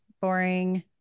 boring